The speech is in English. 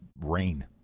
rain